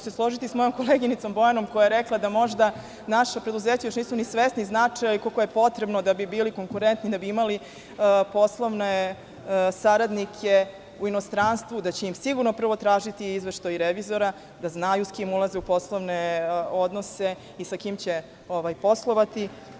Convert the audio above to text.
Složiću se sa mojom koleginicom Bojanom koja je rekla da možda naša preduzeća još nisu ni svesna značaja, koliko je potrebno da bi bili konkurentni, da bi imali poslovne saradnike u inostranstvu, da će im sigurno prvo tražiti izveštaj revizora, da znaju s kim ulaze u poslovne odnose i sa kim će poslovati.